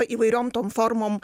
įvairiom tom formom